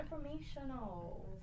informational